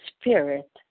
spirit